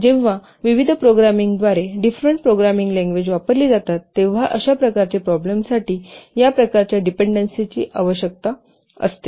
जेव्हा विविध प्रोग्रामिंगद्वारे डिफरेंट प्रोग्रामिंग लँग्वेज वापरली जातात तेव्हा अशा प्रकारच्या प्रॉब्लेमसाठी या प्रकारच्या डिपेंडेंसीची आवश्यकता असते